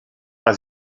war